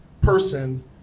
person